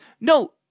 No